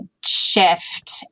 shift